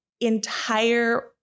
entire